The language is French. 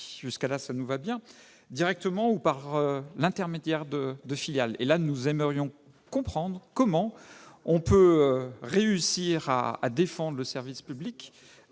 jusque-là, ça nous convient -« directement ou par l'intermédiaire de filiales ». Nous aimerions comprendre : comment peut-on réussir à défendre le service public